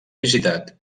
visitat